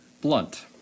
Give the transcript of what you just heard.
blunt